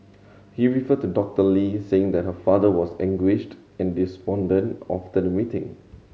he referred to Doctor Lee saying that her father was anguished and despondent after the waiting